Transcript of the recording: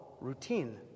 routine